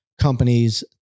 companies